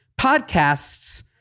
podcasts